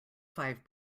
five